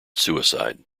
suicide